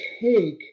cake